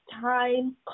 time